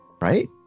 right